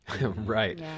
Right